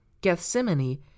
Gethsemane